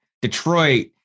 Detroit